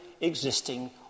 existing